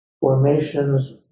formations